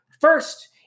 First